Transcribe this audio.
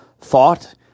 thought